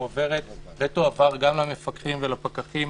מועברת ותועבר גם למפקחים ולפקחים